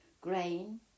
grain